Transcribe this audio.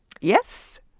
Yes